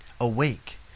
Awake